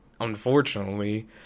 unfortunately